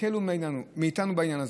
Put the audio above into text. תקלו איתנו בעניין הזה.